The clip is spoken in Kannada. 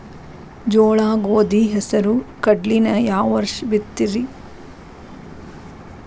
ಜೋಳ, ಗೋಧಿ, ಹೆಸರು, ಕಡ್ಲಿನ ಯಾವ ವರ್ಷ ಬಿತ್ತತಿರಿ?